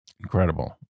Incredible